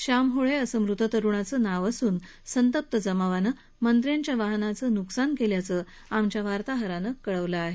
श्याम होळे असं मृत तरुणाचं नाव असून संतप्त जमावानं मंत्र्यांच्या वाहनाचं न्कसान केल्याचं आमच्या वार्ताहरानं कळवलं आहे